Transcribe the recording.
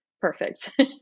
perfect